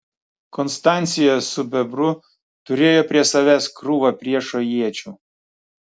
konstancija su bebru turėjo prie savęs krūvą priešo iečių